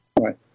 Right